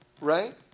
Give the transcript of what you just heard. Right